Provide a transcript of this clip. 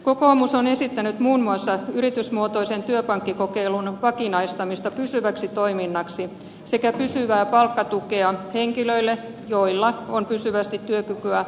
kokoomus on esittänyt muun muassa yritysmuotoisen työpankkikokeilun vakinaistamista pysyväksi toiminnaksi sekä pysyvää palkkatukea henkilöille joilla on pysyvästi työkykyä alentava vamma